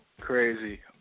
Crazy